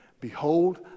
Behold